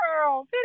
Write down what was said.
Girl